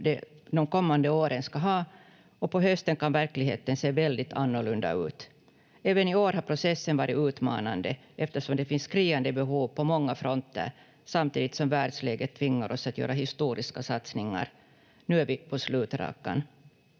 de kommande åren ska ha, och på hösten kan verkligheten se väldigt annorlunda ut. Även i år har processen varit utmanande, eftersom det finns skriande behov på många fronter, samtidigt som världsläget tvingar oss att göra historiska satsningar. Nu är vi på slutrakan.